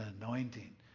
anointing